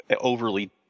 overly